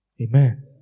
Amen